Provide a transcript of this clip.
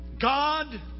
God